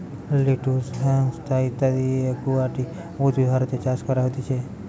lettuce, hyacinth ইত্যদি aquatic উদ্ভিদ ভারতে চাষ করা হতিছে